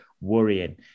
worrying